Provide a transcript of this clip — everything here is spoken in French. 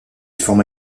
forma